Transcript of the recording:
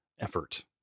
effort